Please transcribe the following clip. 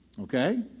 Okay